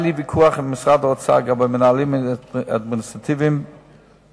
היה לי ויכוח עם משרד האוצר לגבי מנהלים אדמיניסטרטיביים בבתי-חולים,